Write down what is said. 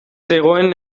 zegoen